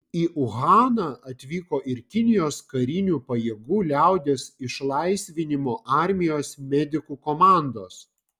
į uhaną atvyko ir kinijos karinių pajėgų liaudies išlaisvinimo armijos medikų komandos